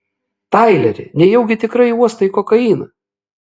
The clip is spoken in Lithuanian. taileri nejaugi tikrai uostai kokainą